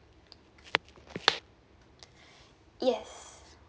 yes